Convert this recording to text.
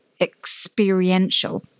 experiential